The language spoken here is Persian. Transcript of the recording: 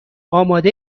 آماده